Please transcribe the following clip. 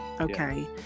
Okay